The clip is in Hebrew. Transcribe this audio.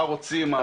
מה רוצים.